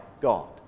God